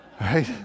Right